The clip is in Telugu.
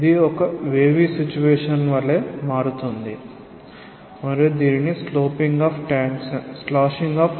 ఇది ఒక వేవి సిచుయేషన్ వలె మారుతుంది మరియు దీనిని స్లోషింగ్ ఆఫ్ ట్యాంక్స్ అని అంటారు